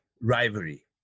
rivalry